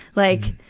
like,